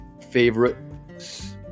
favorite